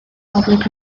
public